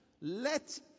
let